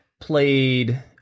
played